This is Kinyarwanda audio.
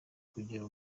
kugira